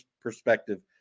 perspective